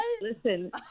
listen